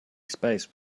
space